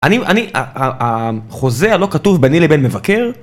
אני, אני, החוזה הלא כתוב בני לבן מבקר?